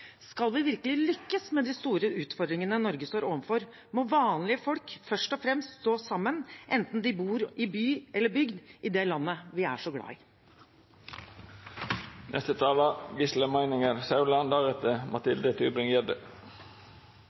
Skal vi virkelig lykkes med de store utfordringene Norge står overfor, må vanlige folk først og fremst stå sammen, enten de bor i by eller bygd i det landet vi er så glad